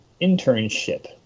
Internship